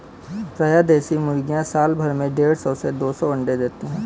प्रायः देशी मुर्गियाँ साल भर में देढ़ सौ से दो सौ अण्डे देती है